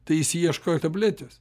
tai jis ieško tabletės